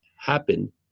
Happen